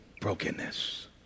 brokenness